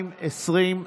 12),